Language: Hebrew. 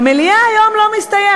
במליאה היום לא מסתיים.